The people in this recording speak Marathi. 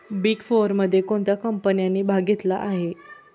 बिग फोरमध्ये कोणत्या कंपन्यांनी भाग घेतला आहे?